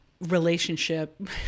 relationship